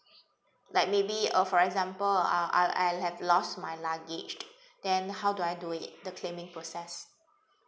like maybe uh for example uh I I have lost my luggage then how do I do it the claiming process